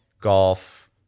golf